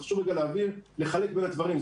חשוב לחלק בין הדברים.